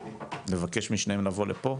לבקש משניהם להגיע לכאן?